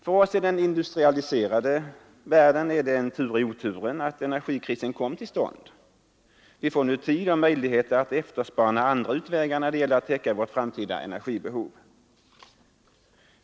För oss i den industrialiserade världen är det en tur i oturen att energikrisen kom till stånd. Vi får nu tid och möjligheter att efterspana andra utvägar när det gäller att täcka vårt framtida energibehov.